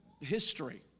history